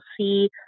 see